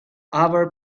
other